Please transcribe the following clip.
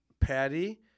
patty